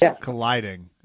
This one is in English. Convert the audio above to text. colliding